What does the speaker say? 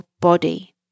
body